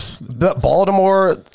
Baltimore